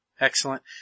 Excellent